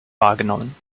wahrgenommen